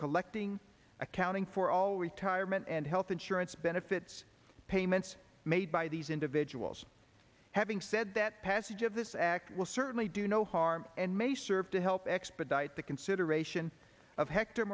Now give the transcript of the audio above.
collecting accounting for all retirement and health insurance benefits payments made by these individuals having said that passage of this act will certainly do no harm and may serve to help expedite the consideration of hector